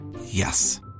Yes